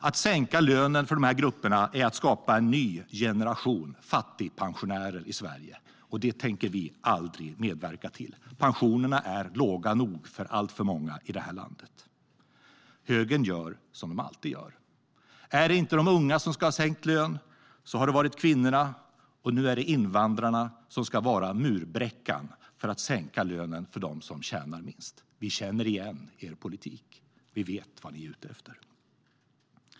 Att sänka lönen för dessa grupper är att skapa en ny generation fattigpensionärer i Sverige, och det tänker vi aldrig medverka till. Pensionerna är låga nog för alltför många i det här landet. Högern gör som de alltid gör. Om det inte är de unga som ska ha sänkt lön är det kvinnorna. Och nu är det invandrarna som ska vara murbräckan för att sänka lönen för dem som tjänar minst. Vi känner igen er politik. Vi vet vad ni är ute efter.